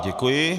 Děkuji.